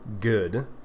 good